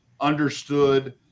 understood